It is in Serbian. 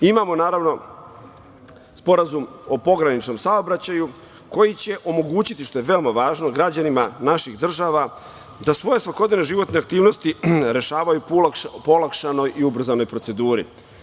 Imamo, naravno, Sporazum o pograničnom saobraćaju koji će omogućiti, što je veoma važno, građanima naših država da svoje svakodnevne životne aktivnosti rešavaju po olakšanoj i ubrzanoj proceduri.